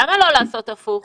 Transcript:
למה לא לעשות הפוך?